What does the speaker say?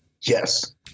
Yes